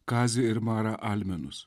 kazį ir marą almenus